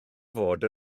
fod